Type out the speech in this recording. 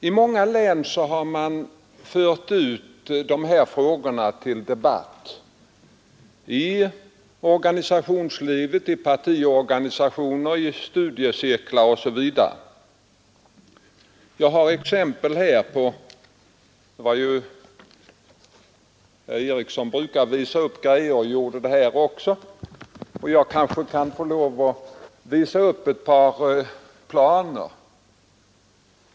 I många län har man fört ut frågorna till debatt i organisationslivet, i partiorganisationerna, i studiecirklarna osv. Herr Eriksson i Arvika brukar ju visa upp grejor och gjorde så även nu. Jag kanske också får lov att visa upp några länsplaner.